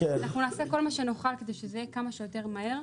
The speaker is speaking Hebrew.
אנחנו נעשה כל מה שנוכל כדי שזה יהיה כמה שיותר מהר.